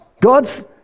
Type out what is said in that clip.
God's